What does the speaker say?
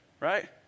right